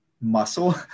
muscle